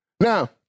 Now